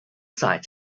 site